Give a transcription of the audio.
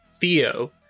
Theo